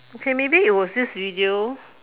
okay maybe it was this video